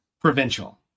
provincial